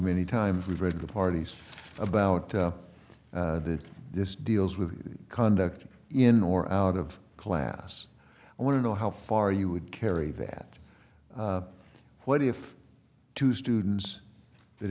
many times we've read the parties about that this deals with conduct in or out of class i want to know how far you would carry that what if two students that